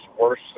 worse